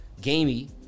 Gamey